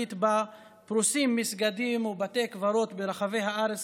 הישראלית בה פרוסים מסגדים ובתי קברות ברחבי הארץ